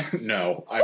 No